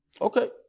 Okay